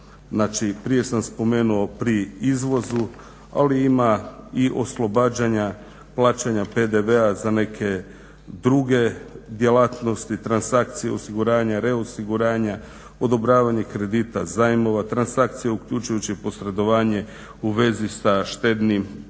prije sam spomenuo pri izvozu ali ima i oslobađanja plaćanja PDV-a za neke druge djelatnosti, transakcije, osiguranja, reosiguranja, odobravanje kredita zajmova, transakcije uključujući posredovanje u vezi sa štednim